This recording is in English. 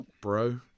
bro